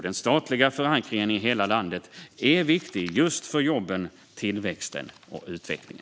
Den statliga förankringen i hela landet är viktig just för jobben, tillväxten och utvecklingen.